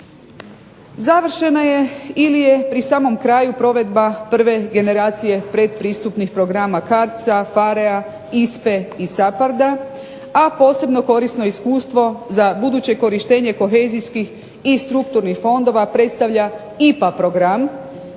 Završena je ili je pri samom kraju provedba prve generacije pretpristupnih programa CARDS, PHARE, ISPA, SHAPARD-a a posebno korisno iskustvo za buduće korištenje kohezijskih i strukturnih fondova predstavlja IPA program